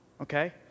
Okay